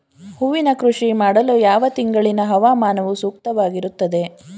ಹೂವಿನ ಕೃಷಿ ಮಾಡಲು ಯಾವ ತಿಂಗಳಿನ ಹವಾಮಾನವು ಸೂಕ್ತವಾಗಿರುತ್ತದೆ?